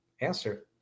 answer